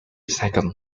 second